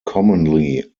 commonly